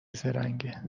زرنگه